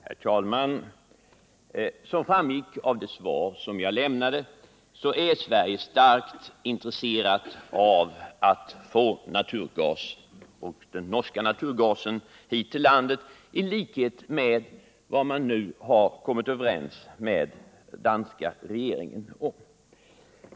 Herr talman! Som framgick av det svar jag lämnade, är Sverige starkt intresserat av att få den norska naturgasen hit, i likhet med vad man nu har kommit överens med den danska regeringen om.